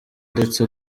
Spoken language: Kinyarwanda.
ndetse